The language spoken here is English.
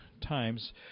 times